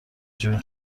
جون